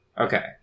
Okay